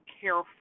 careful